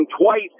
twice